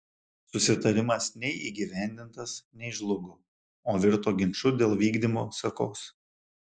susitarimas nei įgyvendintas nei žlugo o virto ginču dėl vykdymo sekos